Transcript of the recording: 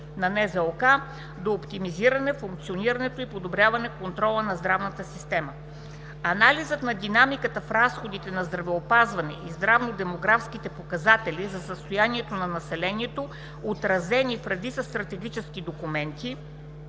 на НЗОК, до оптимизиране функционирането и подобряване контрола на здравната система. Анализът на динамиката в разходите за здравеопазване и здравно-демографските показатели за състоянието на населението, отразени в редица стратегически документи,